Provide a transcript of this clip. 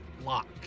Lock